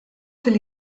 fil